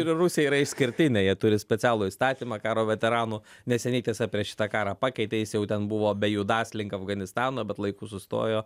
ir rusija yra išskirtinė jie turi specialų įstatymą karo veteranų neseniai tiesa prieš šitą karą pakeitė jis jau ten buvo bejudąs link afganistano bet laiku sustojo